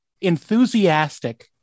enthusiastic